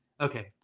Okay